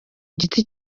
giti